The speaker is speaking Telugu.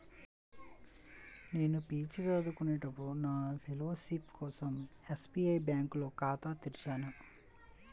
నేను పీజీ చదువుకునేటప్పుడు నా ఫెలోషిప్ కోసం ఎస్బీఐ బ్యేంకులో ఖాతా తెరిచాను